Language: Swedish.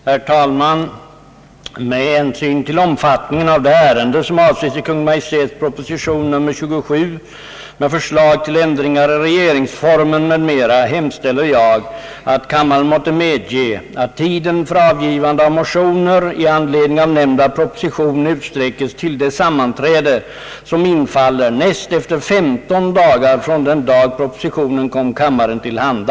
Herr talman! Med hänsyn till omfattningen av det ärende, som avses i Kungl. Maj:ts proposition nr 27 med förslag till ändringar i regeringsformen, m.m., hemställer jag att kammaren måtte medgiva att tiden för avgivande av motioner i anledning av nämnda proposition utsträckes till det sammanträde som infaller näst efter femton dagar från den dag propositionen kom kammaren till handa.